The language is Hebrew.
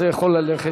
זה יכול ללכת.